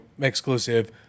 exclusive